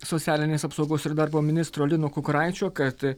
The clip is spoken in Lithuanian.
socialinės apsaugos ir darbo ministro lino kukuraičio kad